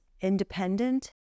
independent